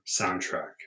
soundtrack